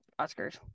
oscars